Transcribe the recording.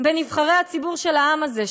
בנבחרי הציבור של העם הזה,